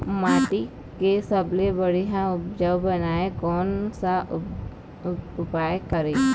माटी के सबसे बढ़िया उपजाऊ बनाए कोन सा उपाय करें?